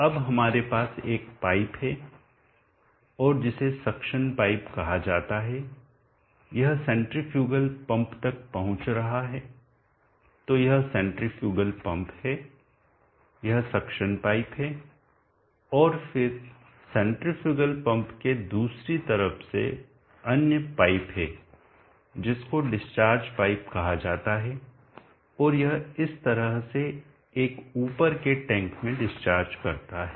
अब हमारे पास एक पाइप है और जिसे सक्शन पाइप कहा जाता है यह सेंट्रीफ्यूगल पंप तक पहुंच रहा है तो यह सेंट्रीफ्यूगल पंप है यह सक्शन पाइप है और फिर सेंट्रीफ्यूगल पंप के दूसरी तरफ से अन्य पाइप है जिसको डिस्चार्ज पाइप कहा जाता है और यह इस तरह से एक ऊपर के टैंक में डिस्चार्ज करता है